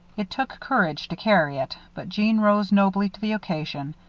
it took courage to carry it, but jeanne rose nobly to the occasion.